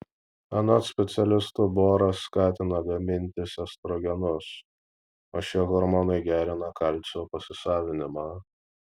anot specialistų boras skatina gamintis estrogenus o šie hormonai gerina kalcio pasisavinimą